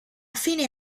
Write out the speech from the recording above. fine